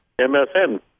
MSN